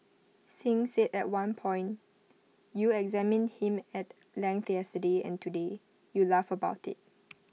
Singh said at one point you examined him at length yesterday and today you laugh about IT